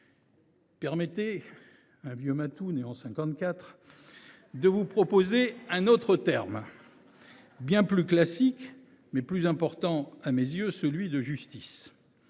Permettez à un vieux matou né en 1954 de vous proposer un autre terme, bien plus classique, mais plus important à mes yeux : celui de « justice